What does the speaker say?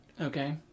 Okay